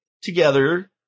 together